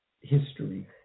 history